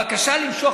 הבקשה למשוך,